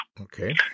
Okay